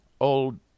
old